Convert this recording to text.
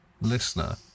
listener